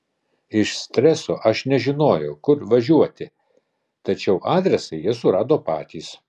iš streso aš nežinojau kur važiuoti tačiau adresą jie surado patys